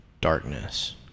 darkness